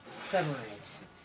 Submarines